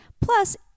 Plus